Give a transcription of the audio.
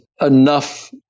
enough